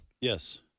Yes